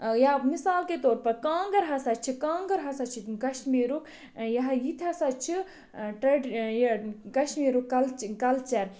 یا مِثال کے طور پَر کانٛگٕر ہَسا چھِ کانٛگٕر ہَسا چھِ کَشمیٖرُک یہِ ہا یہِ تہِ ہَسا چھِ ٹریڈ یہِ کَشمیٖرُک کَلچ کَلچَر